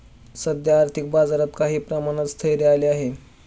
सध्या आर्थिक बाजारात काही प्रमाणात स्थैर्य आले आहे